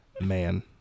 Man